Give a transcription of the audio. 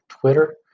Twitter